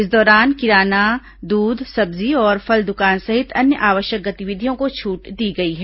इस दौरान किराना दूध सब्जी और फल दुकान सहित अन्य आवश्यक गतिविधियों को छूट दी गई है